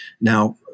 Now